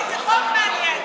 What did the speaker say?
יש הרבה דוברים.